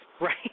right